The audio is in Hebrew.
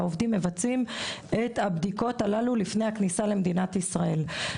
והעובדים מבצעים את הבדיקות הללו לפני הכניסה למדינת ישראל.